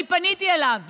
אני פניתי אליו,